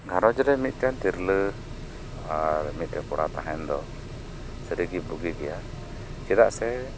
ᱜᱷᱟᱨᱚᱧ ᱨᱮ ᱢᱤᱫᱴᱮᱱ ᱛᱤᱨᱞᱟᱹ ᱟᱨ ᱢᱤᱫᱴᱮᱱ ᱠᱚᱲᱟ ᱛᱟᱦᱮᱱ ᱫᱚ ᱥᱟᱹᱨᱤᱜᱤ ᱵᱩᱜᱤ ᱜᱮᱭᱟ ᱪᱮᱫᱟᱜ ᱥᱮ